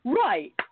right